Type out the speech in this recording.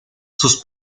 sus